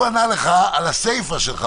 הצוות פרסם את המסקנות שלו,